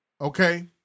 Okay